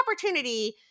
opportunity